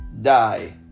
die